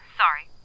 sorry